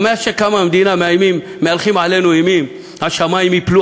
אבל מאז קמה המדינה מהלכים עלינו אימים: השמים ייפלו,